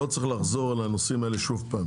לא צריך לחזור על הנושאים האלה שוב פעם